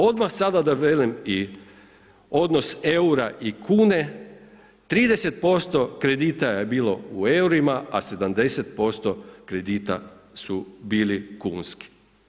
Odmah sada da velim i odnos eura i kune 30% kredita je bilo u eurima, a 70% kredita su bili kunski.